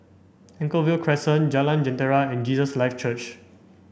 Anchorvale Crescent Jalan Jentera and Jesus Lives Church